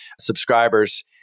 subscribers